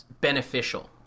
beneficial